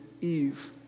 Eve